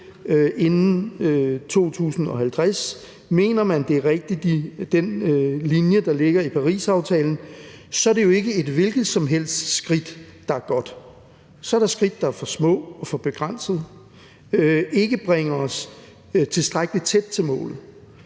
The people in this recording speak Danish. inden 2050, og mener man, at den linje, der ligger i Parisaftalen, er rigtig, er det jo ikke et hvilket som helst skridt, der er godt. Så er der skridt, der er for små og for begrænsede, og som ikke bringer os tilstrækkelig tæt på målet.